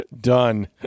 Done